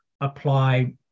apply